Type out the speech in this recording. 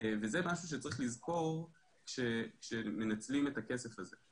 וזה משהו שצריך לזכור כאשר מנצלים את הכסף הזה.